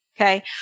Okay